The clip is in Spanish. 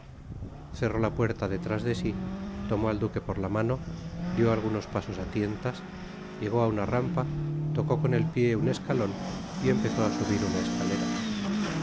cerró la puerta detrás de si tomó al duque por la mano dió algunos pasos á tientas llegó á una rampa tocó con el pié un escalon y empezó á subir una escalera